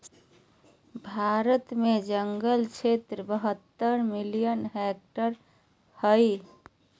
भारत में जंगल क्षेत्र बहत्तर मिलियन हेक्टेयर हइ